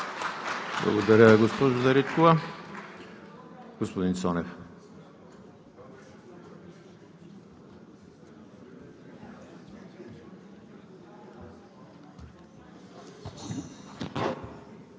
Благодаря, госпожо Дариткова. Господин Цонев.